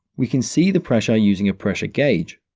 we can see the pressure using a pressure gauge.